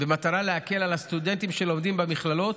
במטרה להקל על הסטודנטים שלומדים במכללות,